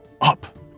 up